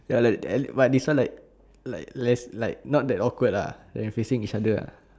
ya lah then but this one like like less like not that awkward ah then facing each other uh